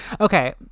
okay